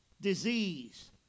Disease